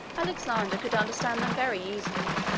alexander could understand them very easily,